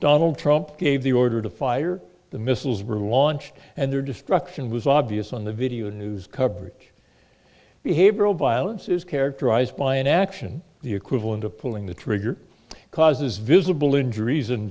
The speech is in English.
donald trump gave the order to fire the missiles were launched and their destruction was obvious on the video news coverage behavioral violence is characterized by inaction the equivalent of pulling the trigger causes visible injuries and